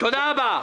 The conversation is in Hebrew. תודה רבה.